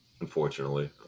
unfortunately